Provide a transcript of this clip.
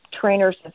trainers